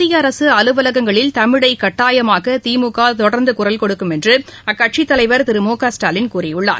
மத்திய அரசு அலுவலகங்களில் தமிழை கட்டாயமாக்க திமுக தொடர்ந்து குரல் கொடுக்கும் என்று அக்கட்சித் தலைவர் திரு மு க ஸ்டாலின் கூறியுள்ளார்